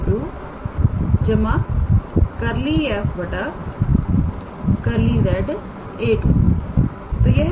तो यह असल में 𝑎̂ है